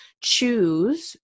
choose